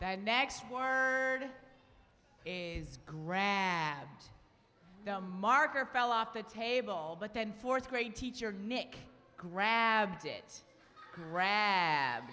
ready next word is grabbed the marker fell off the table but then fourth grade teacher nick grabs it grab